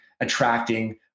attracting